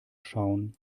schauen